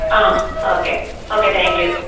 ആ okay okay thank you